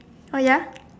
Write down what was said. oh ya